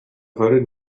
very